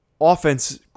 offense